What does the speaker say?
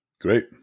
Great